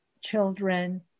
children